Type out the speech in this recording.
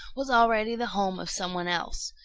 was already the home of some one else.